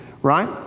Right